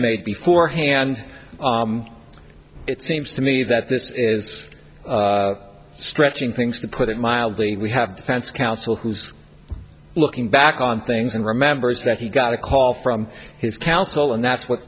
made before hand it seems to me that this is stretching things to put it mildly we have defense counsel who's looking back on things and remembers that he got a call from his counsel and that's what